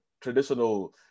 traditional